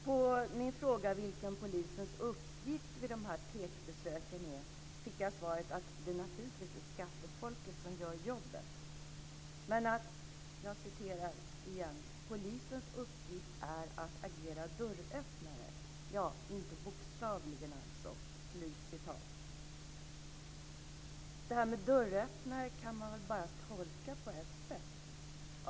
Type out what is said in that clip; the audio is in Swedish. På min fråga om vilken polisens uppgift vid de här PEK-besöken är fick jag svaret att det naturligtvis är skattefolket som gör jobbet men att "polisens uppgift är att agera dörröppnare - ja, inte bokstavligen alltså". Det här med dörröppnare kan väl bara tolkas på ett sätt.